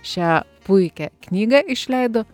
šią puikią knygą išleido